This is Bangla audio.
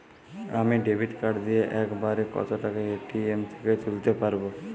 আমি ডেবিট কার্ড দিয়ে এক বারে কত টাকা এ.টি.এম থেকে তুলতে পারবো?